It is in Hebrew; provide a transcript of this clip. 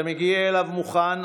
אתה מגיע אליו מוכן,